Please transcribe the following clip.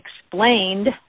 explained